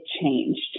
changed